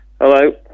Hello